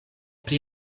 pri